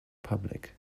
public